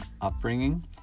upbringing